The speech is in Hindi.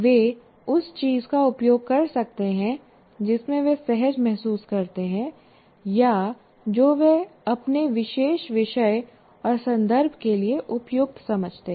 वे उस चीज़ का उपयोग कर सकते हैं जिसमें वे सहज महसूस करते हैं या जो वे अपने विशेष विषय और संदर्भ के लिए उपयुक्त समझते हैं